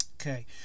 Okay